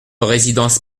résidence